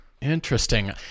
Interesting